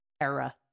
era